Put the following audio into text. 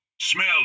smell